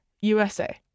USA